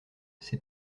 ces